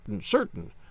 Certain